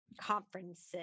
Conferences